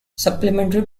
supplementary